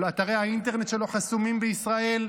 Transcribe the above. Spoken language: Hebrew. ואתרי האינטרנט שלו חסומים בישראל.